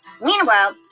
Meanwhile